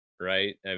right